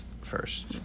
first